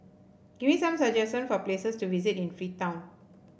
give me some suggestions for places to visit in Freetown